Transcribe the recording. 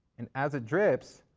and as it drips,